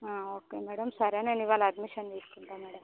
ఆ okay madam సరే నేను ఇవాళ అడ్మిషన్ తీసుకుంటాను మేడం